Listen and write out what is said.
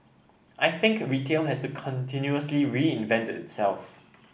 I think retail has to continuously reinvent itself